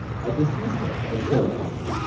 i dismissed it as silliness,